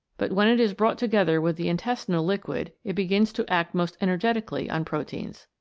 but when it is brought together with the intestinal liquid it begins to act most energetically on proteins.